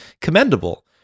commendable